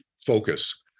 focus